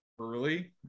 early